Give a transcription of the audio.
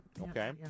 Okay